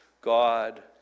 God